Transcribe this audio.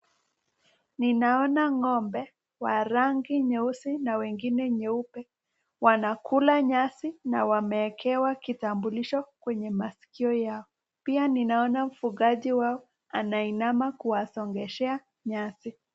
Ninaona ng'ombe wa rangi nyeusi na wengine nyeupe. Wanakula nyasi na wamewekewa kitambulisho kwenye masikio yao. Pia ninaona mfugaji wao anainama kuwasongeshea nyasi